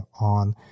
on